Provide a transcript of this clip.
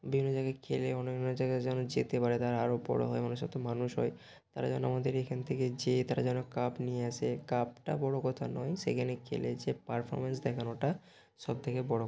বিভিন্ন জায়গায় খেলে অন্যান্য জায়গায় যেন যেতে পারে তারা আরও বড় হয় মানে সত্যি মানুষ হয় তারা যেন আমাদের এইখান থেকে যেয়ে তারা যেন কাপ নিয়ে আসে কাপটা বড় কথা নয় সেইখানে খেলে যে পারফরম্যান্স দেখানোটা সবথেকে বড়